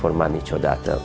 for money to a doctor